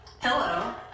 Hello